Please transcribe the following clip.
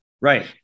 Right